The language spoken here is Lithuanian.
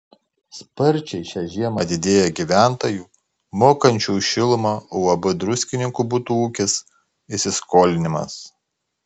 sparčiai šią žiemą didėja gyventojų mokančių už šilumą uab druskininkų butų ūkis įsiskolinimas